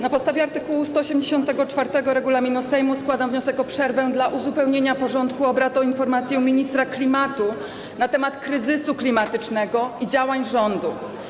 Na podstawie art. 184 regulaminu Sejmu składam wniosek o przerwę w celu uzupełnienia porządku obrad o informację ministra klimatu na temat kryzysu klimatycznego i działań rządu.